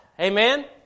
Amen